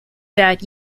that